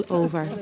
over